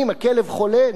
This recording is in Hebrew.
אם הכלב חולה,